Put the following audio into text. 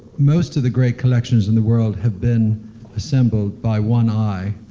most of the great collections in the world have been assembled by one eye.